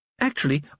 Actually